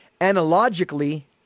analogically